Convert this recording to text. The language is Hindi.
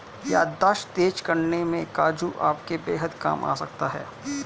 याददाश्त तेज करने में काजू आपके बेहद काम आ सकता है